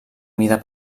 mida